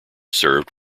served